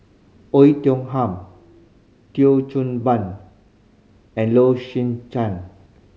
Oei Tiong Ham Thio Chan Ben and Low Swee Chen